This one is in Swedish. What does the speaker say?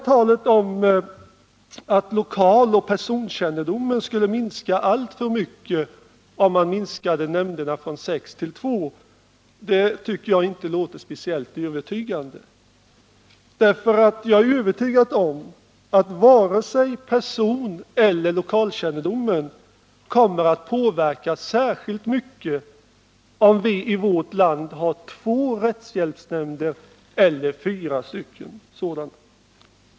Talet om att lokaloch personkännedomen skulle minska alltför mycket, om antalet nämnder minskas från sex till två, tycker jag inte låter speciellt övertygande. Jag är nämligen övertygad om att varken personeller lokalkännedomen kommer att påverkas särskilt mycket, om vi i vårt land har två rättshjälpsnämnder eller fyra sådana.